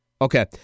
Okay